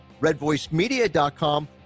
RedVoiceMedia.com